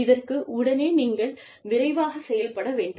இதற்கு உடனே நீங்கள் விரைவாகச் செயல்பட வேண்டும்